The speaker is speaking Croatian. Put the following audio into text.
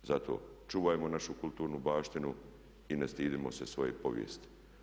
Zato čuvajmo našu kulturnu baštinu i ne stidimo se svoje povijesti.